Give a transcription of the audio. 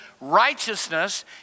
Righteousness